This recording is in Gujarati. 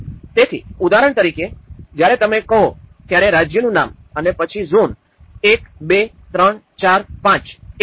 તેથી ઉદાહરણ તરીકે જ્યારે તમે કહો ત્યારે રાજ્યનું નામ અને પછી ઝોન ૧ ૨ ૩ ૪ ૫ એ રીતે